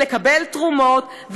ולקבל תרומות,